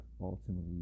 ultimately